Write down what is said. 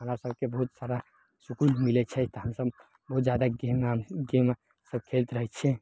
हमरा सभके बहुत सारा सुकून मिलय छै तऽ हमसभ बहुत जादा गेम आर गेम सभ खेलैत रहय छियै